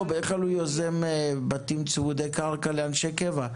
בדרך כלל הוא יוזם בתים צמודי קרקע לאנשי קבע,